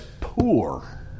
poor